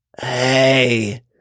hey